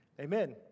amen